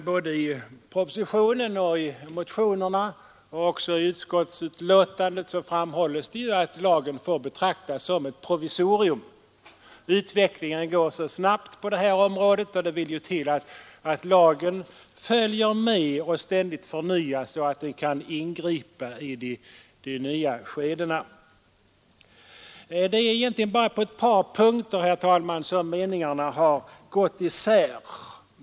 Både i propositionen och i motionerna ävensom i utskottsbetänkandet framhålls det ju att lagen får betraktas som ett provisorium. Utvecklingen går snabbt på detta område och det vill till att man följer utvecklingen och ständigt förnyar lagbestämmelserna så att man kan ingripa i de nya lägen som uppstår. Det är egentligen bara på ett par punkter, herr talman, som meningarna har gått isär.